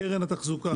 לקרן התחזוקה.